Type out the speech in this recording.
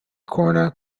corner